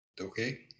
Okay